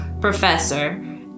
professor